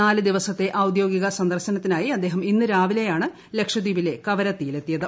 നാല് ദിവസത്തെ ഔദ്യോഗിക സന്ദർശനത്തിനായി അദ്ദേഹം ഇന്ന് രാവിലെയാണ് ലക്ഷദ്വീപിലെ കവരത്തിയിൽ എത്തിയത്